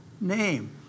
name